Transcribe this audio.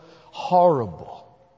horrible